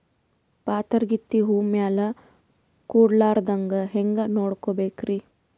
ಪಾತರಗಿತ್ತಿ ಹೂ ಮ್ಯಾಲ ಕೂಡಲಾರ್ದಂಗ ಹೇಂಗ ನೋಡಕೋತಿರಿ?